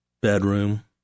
bedroom